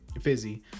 fizzy